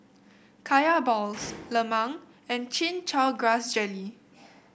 Kaya Balls lemang and Chin Chow Grass Jelly